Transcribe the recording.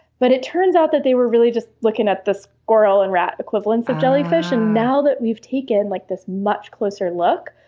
but it turns out that they were really just looking at this squirrel and rat equivalents of jellyfish. and now that we've taken like this much closer look,